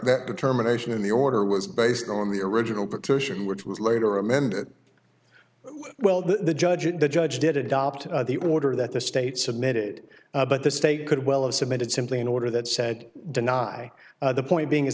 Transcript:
the terminations of the order was based on the original petition which was later amend it well the judge and the judge did adopt the order that the state submitted but the state could well have submitted simply an order that said deny the point being is